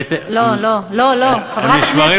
הם נשמרים